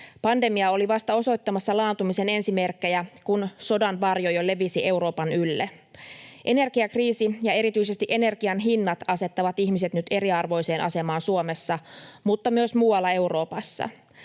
Pandemia oli vasta osoittamassa laantumisen ensi merkkejä, kun sodan varjo jo levisi Euroopan ylle. Energiakriisi ja erityisesti energian hinnat asettavat ihmiset nyt eriarvoiseen asemaan Suomessa mutta myös muualla Euroopassa.